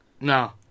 No